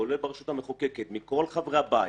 כולל ברשות המחוקקת, כל חברי הבית,